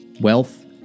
Wealth